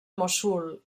mossul